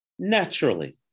naturally